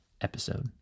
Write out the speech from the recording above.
episode